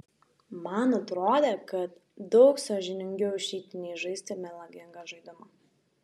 man atrodė kad daug sąžiningiau išeiti nei žaisti melagingą žaidimą